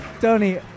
Tony